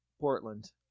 Portland